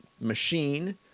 machine